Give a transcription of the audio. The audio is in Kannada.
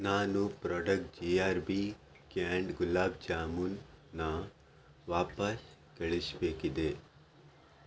ನಾನು product G R B canned gulab ಜಾಮೂನನ್ನ ವಾಪಸ್ ಕಳಿಸಬೇಕಿದೆ